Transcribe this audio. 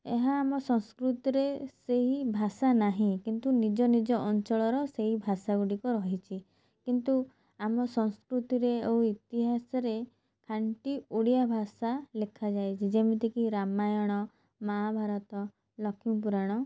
ଏହା ଆମ ସଂସ୍କୃତିରେ ସେହି ଭାଷା ନାହିଁ କିନ୍ତୁ ନିଜ ନିଜ ଅଞ୍ଚଳର ସେଇ ଭାଷା ଗୁଡ଼ିକ ରହିଛି କିନ୍ତୁ ଆମ ସଂସ୍କୃତିରେ ଆଉ ଇତିହାସରେ ଖାଣ୍ଟି ଓଡ଼ିଆ ଭାଷା ଲେଖାଯାଇଚି ଯେମିତିକି ରାମାୟଣ ମାହାଭାରତ ଲକ୍ଷ୍ମୀପୁରାଣ